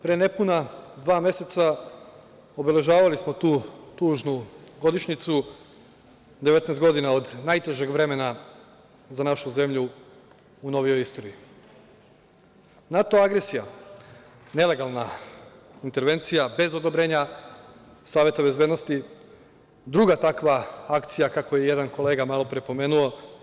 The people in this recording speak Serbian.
Pre nepuna dva meseca obeležavali smo tu tužnu godišnjicu, 19 godina od najtežeg vremena za našu zemlju u novijoj istoriji, NATO agresija, nelegalna intervencija bez odobrenja Saveta bezbednosti, druga takva akcija kakvu je jedan kolega malopre pomenuo.